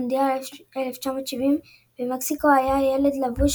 במונדיאל 1970 במקסיקו היה ילד לבוש